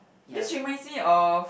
this reminds me of